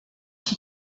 iki